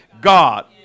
God